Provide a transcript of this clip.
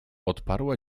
odparła